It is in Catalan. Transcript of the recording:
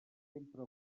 sempre